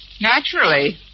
Naturally